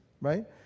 right